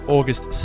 August